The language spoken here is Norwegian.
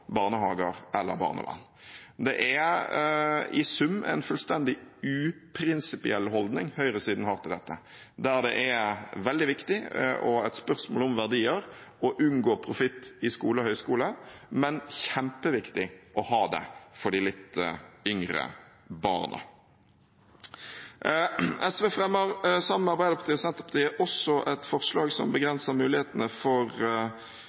barnehager eller barnevern. Det er i sum en fullstendig uprinsipiell holdning høyresiden har til dette – der det er veldig viktig og et spørsmål om verdier å unngå profitt i skole og høyskole, men kjempeviktig å ha det for de litt yngre barna. SV fremmer sammen med Arbeiderpartiet og Senterpartiet et forslag som begrenser mulighetene for